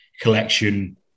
collection